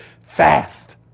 fast